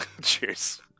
Cheers